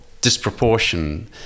disproportion